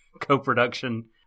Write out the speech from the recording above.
co-production